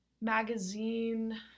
magazine